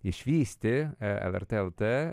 išvysti lrt el t